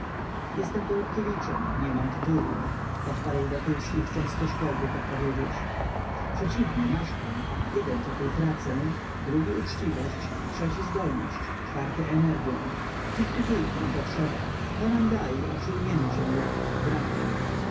jestem dorobkiewiczem nie mam tytułu odparł wokulski chcąc cośkolwiek odpowiedzieć przeciwnie masz pan jeden tytuł pracę drugi uczciwość trzeci zdolność czwarty energią tych tytułów nam potrzeba to nam daj a przyjmiemy cię jak brata